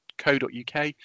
co.uk